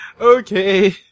okay